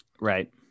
Right